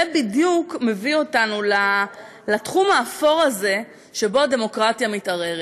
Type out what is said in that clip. זה בדיוק מביא אותנו לתחום האפור הזה שבו הדמוקרטיה מתערערת.